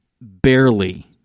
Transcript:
barely